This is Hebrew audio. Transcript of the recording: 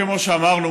כמו שאמרנו,